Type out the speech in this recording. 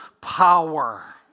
power